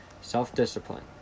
Self-discipline